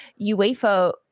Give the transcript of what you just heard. UEFA